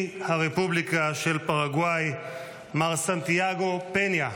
הרפובליקה של פרגוואי מר סנטיאגו פניה.